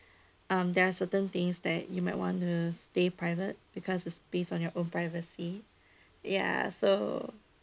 um there are certain things that you might want to stay private because it's based on your own privacy ya so